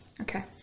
Okay